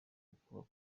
uko